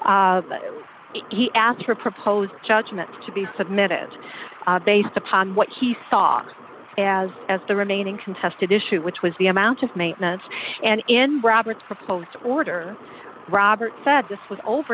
he asked for proposed judgment to be submitted based upon what he saw as as the remaining contested issue which was the amount of maintenance and in robert's proposed order robert said this was over